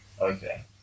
Okay